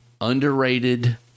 Underrated